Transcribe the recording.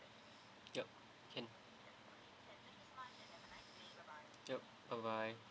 yup can yup bye bye